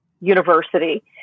university